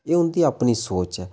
एह् उं'दी अपनी सोच ऐ